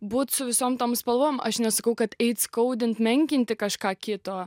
būt su visom tom spalvom aš nesakau kad eit skaudint menkinti kažką kito